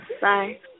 Bye